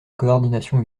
coordination